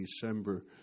December